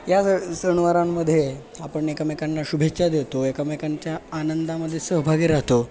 या सण सणवारांमध्ये आपण एकामेकांना शुभेच्छा देतो एकामेकांच्या आनंदामध्ये सहभागी राहतो